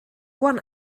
one